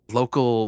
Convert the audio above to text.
local